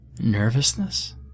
Nervousness